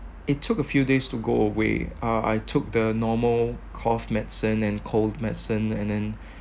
it took a few days to go away uh I took the normal cough medicine and cold medicine and then